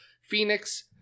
Phoenix